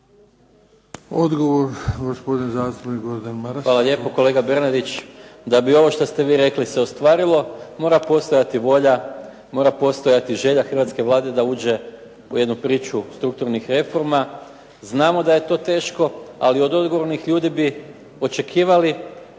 Gordan Maras. **Maras, Gordan (SDP)** Hvala lijepo. Kolega Bernardić da bi ovo što ste vi rekli ostvarilo, mora postojati volja, mora postojati želja hrvatske Vlade da uđe u jednu priču strukturnih reforma. Znamo da je to teško, ali od odgovornih ljudi bi očekivali